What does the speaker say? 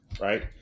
right